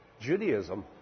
Judaism